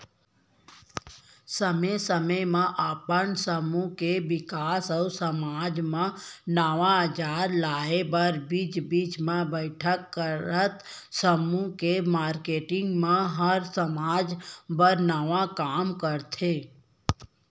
समे समे म अपन समूह के बिकास अउ समाज म नवा अंजार लाए बर बीच बीच म बइठक करत समूह के मारकेटिंग मन ह समाज बर नवा काम करथे